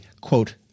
quote